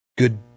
Good